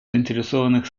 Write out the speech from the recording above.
заинтересованных